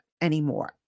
anymore